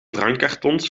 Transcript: drankkartons